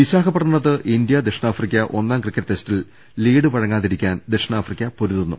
വിശാഖപട്ടണത്ത് ഇന്ത്യ ദക്ഷിണാഫ്രിക്ക ഒന്നാം ക്രിക്കറ്റ് ടെസ്റ്റിൽ ലീഡ് വഴങ്ങാതിരിക്കാൻ ദക്ഷിണാഫ്രിക്ക പൊരുതുന്നു